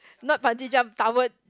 not bungee jump tower